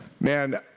Man